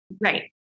Right